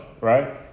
right